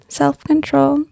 self-control